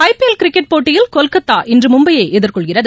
IPL cricket போட்டியில் கொல்கத்தா இன்று மும்பையை எதிர்கொள்கிறது